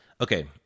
Okay